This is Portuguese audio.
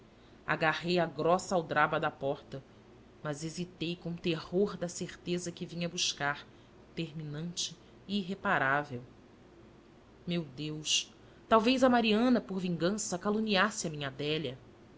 agarrei a grossa aldraba da porta mas hesitei com terror da certeza que vinha buscar terminante e irreparável meu deus talvez a mariana por vingança caluniasse a minha adélia